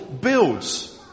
builds